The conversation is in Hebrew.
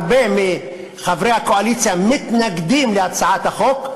הרבה מחברי הקואליציה מתנגדים להצעת החוק.